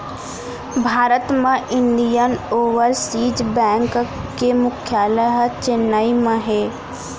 भारत म Indian Overseas Bank के मुख्यालय ह चेन्नई म हे